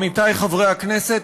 עמיתיי חברי הכנסת,